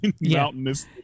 mountainous